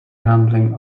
handling